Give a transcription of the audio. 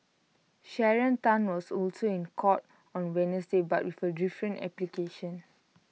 Sharon Tan was also in court on Wednesday but with A different application